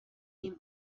him